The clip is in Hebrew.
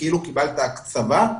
כאילו קיבלו הקצבה.